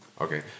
Okay